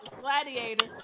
Gladiator